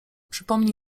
przypomnij